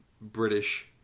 British